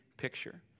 picture